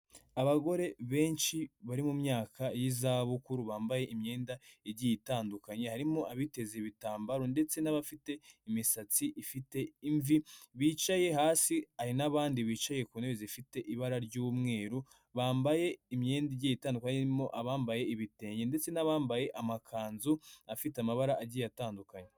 Abagore benshi bari mu myaka y'iza bukuru bambaye imyenda igiye itandukanye, harimo abiteze ibitambaro ndetse n'abafite imisatsi ifite imvi bicaye hasi, hari n'abandi bicaye ku ntebe zifite ibara ry'umweru bambaye imyenda igiye itandukanye, harimo abambaye ibitenge ndetse n'abambaye amakanzu afite amabara agiye atandukanye.